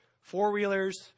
Four-wheelers